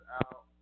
out